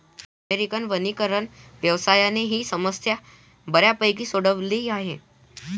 American वनीकरण व्यवसायाने ही समस्या बऱ्यापैकी सोडवली आहे